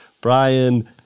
Brian